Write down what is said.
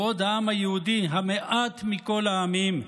בעוד העם היהודי, "המעט מכל העמים",